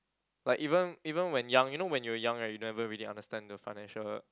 like even even when young you know when you are young right you never really understand the financial